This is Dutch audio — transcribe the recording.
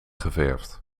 geverfd